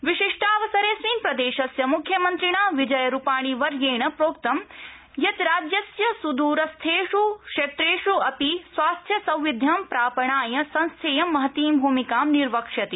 विशिष्टावसरेऽस्मिन् प्रदेशस्य म्ख्यमन्त्रिणा विजयरुपाणीवर्येण प्रोक्तं यत् राज्यस्य सुदूरस्थेषु क्षेत्रेष्वपि स्वास्थ्यसौविध्यं प्रापणाय संस्थेयं महतीं भूमिकां निर्वक्ष्यति